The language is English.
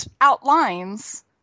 outlines